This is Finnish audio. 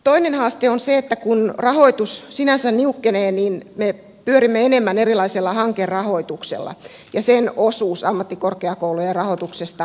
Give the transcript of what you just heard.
toinen haaste on se että kun rahoitus sinänsä niukkenee niin me pyörimme enemmän erilaisella hankerahoituksella ja sen osuus ammattikorkeakoulujen rahoituksesta kasvaa